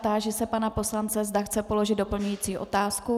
Táži se pana poslance, zda chce položit doplňující otázku.